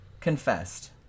confessed